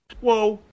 Whoa